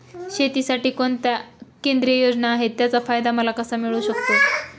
शेतीसाठी कोणत्या केंद्रिय योजना आहेत, त्याचा फायदा मला कसा मिळू शकतो?